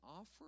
offer